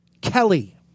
Kelly